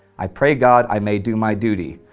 i pray god i may do my duty,